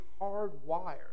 hardwired